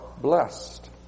blessed